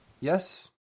yes